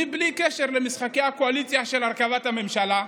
בלי קשר למשחקי הקואליציה של הרכבת הממשלה,